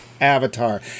Avatar